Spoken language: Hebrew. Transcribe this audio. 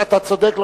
אתה צודק,